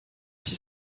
six